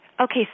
okay